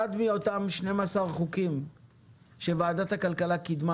אחד מאותם 12 חוקים שוועדת הכלכלה קידמה